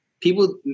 people